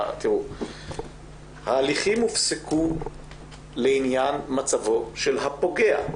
ההליכים הופסקו לעניין מצבו של הפוגע,